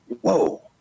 Whoa